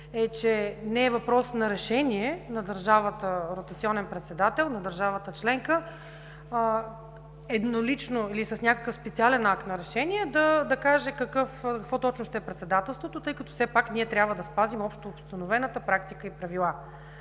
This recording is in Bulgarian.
че не е въпрос на решение на държавата ротационен председател, на държавата членка – еднолично или с някакъв специален акт на решение да каже какво точно ще е председателството, тъй като все пак трябва да спазим общоустановената практика и правила.